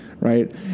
Right